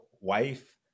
wife